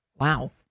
Wow